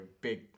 big